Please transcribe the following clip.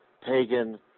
pagan